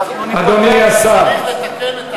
אדוני השר,